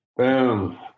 Boom